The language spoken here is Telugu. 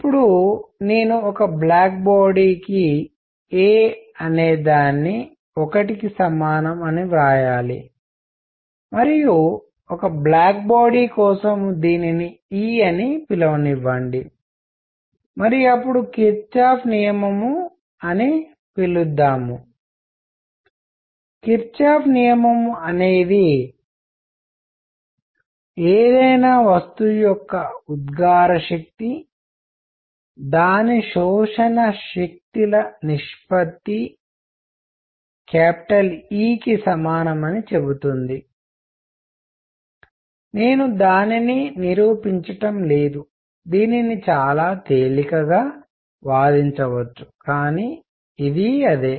ఇప్పుడు నేను ఒక బ్లాక్ బాడీ కు a అనేదాన్ని 1 కి సమానం అని వ్రాయాలి మరియు ఒక బ్లాక్ బాడీ కోసం దీనిని E అని పిలువనివ్వండి మరియు అప్పుడు కిర్చాఫ్ నియమం Kirchhoff's rule అని పిలుస్తారు కిర్చాఫ్ నియమం Kirchhoff's law అనేది ఏదైనా వస్తువు యొక్క ఉద్గార శక్తి దాని శోషణ శక్తి ల నిష్పత్తి E కి సమానమని చెబుతుంది నేను దానిని నిరూపించటం లేదు దీనిని చాలా తేలికగా వాదించవచ్చు కానీ ఇది అదే